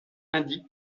indique